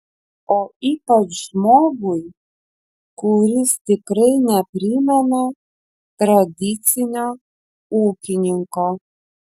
o ypač žmogui kuris tikrai neprimena tradicinio ūkininko